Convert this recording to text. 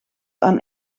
aan